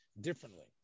differently